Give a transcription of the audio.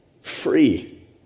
free